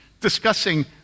discussing